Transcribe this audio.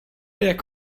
jak